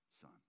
son